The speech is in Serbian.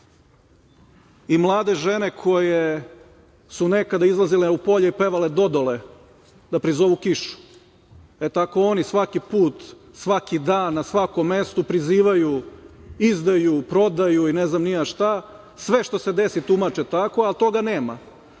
i mlade žene koje su nekada izlazile u polje i pevale – „Dodole“ da prizovu kišu, e tako oni svaki put, svaki dan na svakom mestu prizivaju izdaju, prodaju i ne znam ni ja šta. Sve što se desi tumače tako, ali toga nema. Tačno